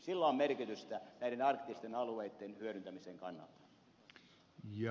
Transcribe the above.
sillä on merkitystä näiden arktisten alueitten hyödyntämisen kannalta